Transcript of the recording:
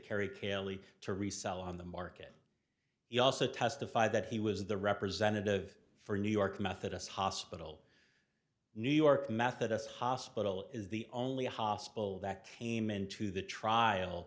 carry caylee to resell on the market he also testified that he was the representative for new york methodist hospital new york methodist hospital is the only hospital that came into the trial